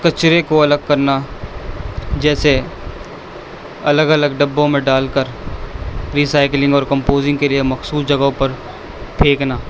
کچرے کو الگ کرنا جیسے الگ الگ ڈبوں میں ڈال کر ریسائکلنگ اور کمپوزنگ کے لیے مخصوص جگہوں پر پھینکنا